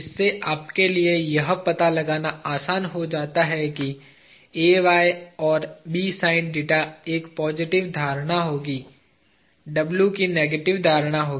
इससे आपके लिए यह पता लगाना आसान हो जाता है की यह और एक पॉजिटिव धारणा होगी W की नेगेटिव धारणा होगी